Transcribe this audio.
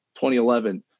2011